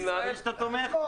אני מבין שאתה תומך?